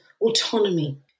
autonomy